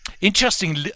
Interesting